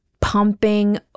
pumping